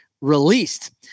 released